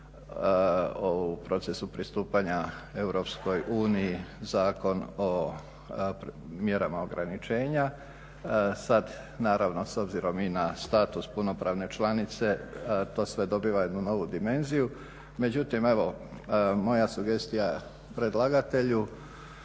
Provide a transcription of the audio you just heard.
o procesu pristupanja EU Zakon o mjerama ograničenja. Sada naravno s obzirom i na status punopravne članice to sve dobiva jednu novu dimenziju. Međutim evo moja sugestija predlagatelju